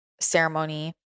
ceremony